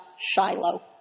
Shiloh